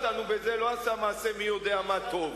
מי שהמציא את זה וכבל אותנו לזה לא עשה מעשה מי-יודע-מה טוב.